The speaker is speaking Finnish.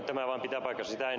tämä vaan pitää paikkansa